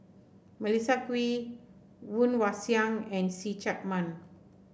Melissa Kwee Woon Wah Siang and See Chak Mun